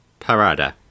parada